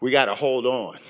we got a hold on